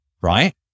Right